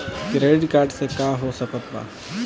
Credit card से का हो सकइत बा?